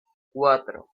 cuatro